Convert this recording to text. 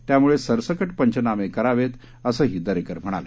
त्यामुळेसरसकटपंचनामेकरावेत असंहीदरेकरम्हणाले